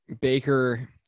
Baker